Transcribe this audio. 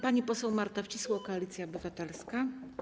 Pani poseł Marta Wcisło, Koalicja Obywatelska.